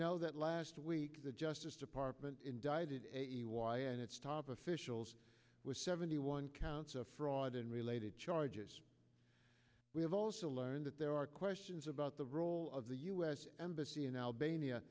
know that last week the justice department indicted and its top officials with seventy one counts of fraud and related charges we have also learned that there are questions about the role of the u s embassy in albania